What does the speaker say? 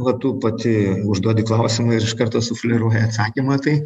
va tu pati užduodi klausimą ir iš karto sufleruoji atsakymą tai